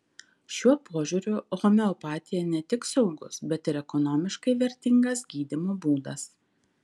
šiuo požiūriu homeopatija ne tik saugus bet ir ekonomiškai vertingas gydymo būdas